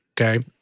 Okay